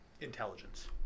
Intelligence